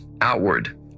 outward